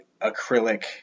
acrylic